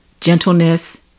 gentleness